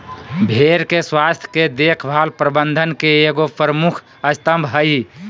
भेड़ के स्वास्थ के देख भाल प्रबंधन के एगो प्रमुख स्तम्भ हइ